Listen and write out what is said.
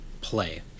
play